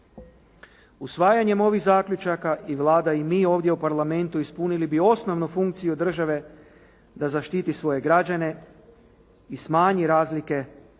Usvajanjem ovih zaključaka i Vlada i mi ovdje u parlamentu ispunili bi osnovnu funkciju države da zaštiti svoje građane i smanji razlike koje